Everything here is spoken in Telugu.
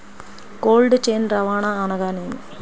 కోల్డ్ చైన్ రవాణా అనగా నేమి?